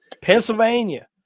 Pennsylvania